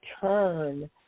turn